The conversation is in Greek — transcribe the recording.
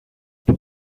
από